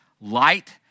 Light